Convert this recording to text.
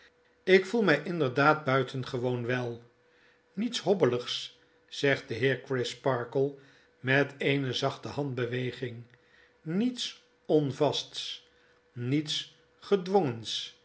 ik voel my inderdaad buitengewoon wel niets hobbeligs zegt de heer crisparkle met eene zachte handbeweging niets onvasts niets gedwongens